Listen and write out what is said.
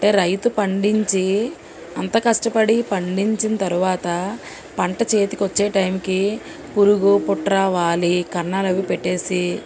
అంటే రైతు పండించి అంత కష్టపడి పండించిన తర్వాత పంట చేతికొచ్చే టైంకి పురుగు పుట్రా వాలి కన్నాలవి పెట్టేసి